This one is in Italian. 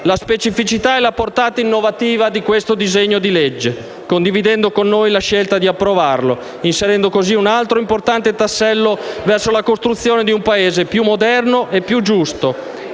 la specificità e la portata innovativa di questo disegno di legge, condividendo con noi la scelta di approvarlo, inserendo così un altro importante tassello verso la costruzione di un Paese più moderno e giusto,